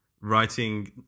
writing